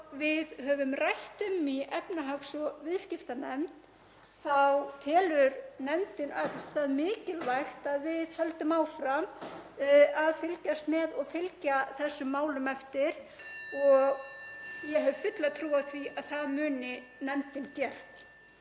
og við höfum rætt um í efnahags- og viðskiptanefnd þá telur nefndin öll það mikilvægt að við höldum áfram að fylgjast með og fylgja þessum málum eftir og ég hef fulla trú á því að það muni nefndin gera.